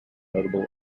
notable